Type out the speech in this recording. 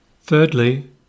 Thirdly